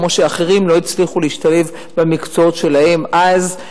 כמו שאחרים לא הצליחו להשתלב במקצועות שלהם אז.